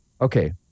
okay